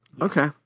Okay